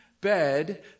Bed